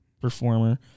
performer